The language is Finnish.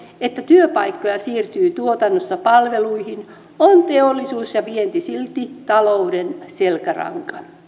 että työpaikkoja siirtyy tuotannosta palveluihin on teollisuus ja vienti silti talouden selkäranka